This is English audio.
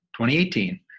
2018